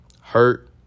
hurt